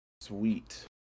sweet